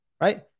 right